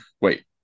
Wait